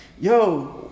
yo